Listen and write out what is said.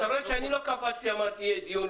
רואה שאני לא קפצתי ואמרתי יהיה דיון,